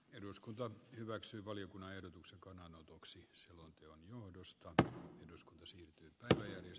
eduskunta hyväksyy valiokunnan ehdotuksen kannanotoksi selonteon johdosta tämän uskoisi ellei nyt